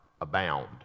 abound